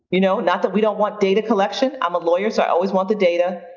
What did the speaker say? you know not that we don't want data collection. i'm a lawyer, so i always want the data,